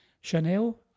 Chanel